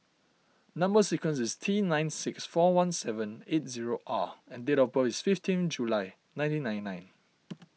Number Sequence is T nine six four one seven eight zero R and date of birth is fifteen July nineteen ninety nine